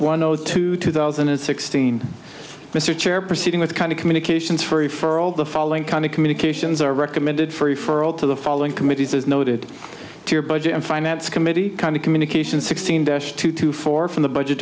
zero two two thousand and sixteen mr chair proceeding with kind of communications free for all the following kind of communications are recommended free for all to the following committees as noted to your budget and finance committee kind of communication sixteen dash two to four from the budget